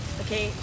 okay